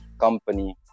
company